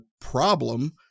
problem